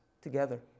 together